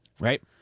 Right